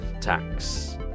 tax